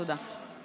תודה.